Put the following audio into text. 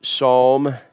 Psalm